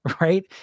right